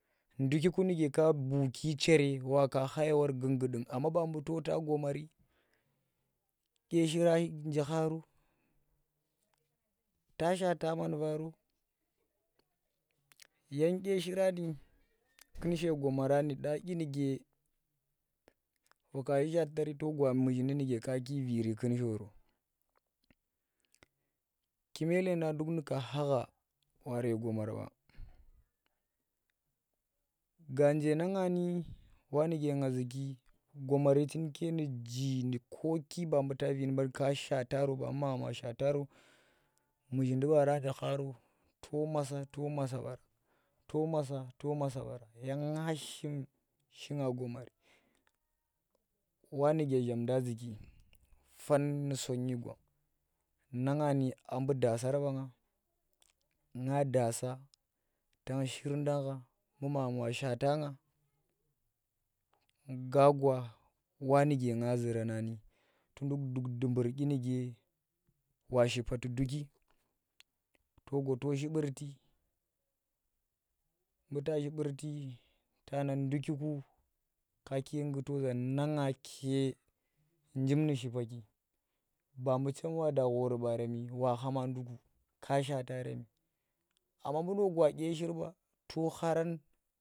ndukiku nuke ka buuki chere wa kha ye wan gundgudung amma mba mbu to ta gomari dye shira nje kharo ta shata mon varo yang dye shira ni kin gomara ni dya dyinke wokashi shatari togwa muzhindi nuke kaki Viri kun shoro kume leenda nduk nuka khagah ware gomar ɓa ganje na nga wa nuke nga zuki goman chinke nji dyin koki ba mbu ta Vi nu ban ka shaata ro babuu mgham wa shaata ro muzhindi baaro nje kharo to maasa to maasa baara yang nga shim gomari wa nuke shamda zuki fan nu sonyi gwang na nga ni abuu daasar baa nga ngga daasa tang shir dang kha mbuu magham wa shaata nga, nga gwa nuke zurani tu nduk dumbur dyi nuke wa shipa tu duki to gwa to shi burti, buta shi burti yang ndukuki kaku ngguto za na nge ke dyinu shipaki mba mbu chem wa wada ghoori baaremi wa khama ka shata remi anna buu na gwa dye shir ba to kharan